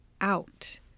out